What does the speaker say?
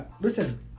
listen